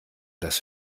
das